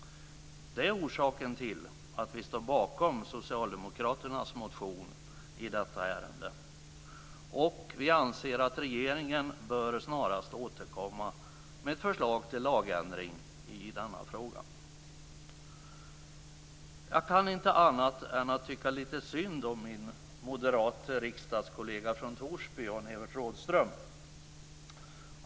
Det är orsaken till att vi står bakom socialdemokraternas motion i detta ärende. Vi anser också att regeringen snarast bör återkomma med ett förslag till lagändring i denna fråga. Jag kan inte annat än att tycka lite synd om min moderate riksdagskollega från Torsby Jan-Evert Rådhström.